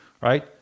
right